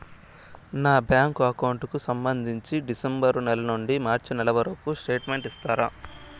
నా bank account కు సంబంధించి డిసెంబరు నెల నుండి మార్చి నెలవరకు స్టేట్మెంట్ ఇస్తారా?